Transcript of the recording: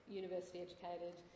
university-educated